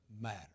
matter